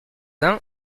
uns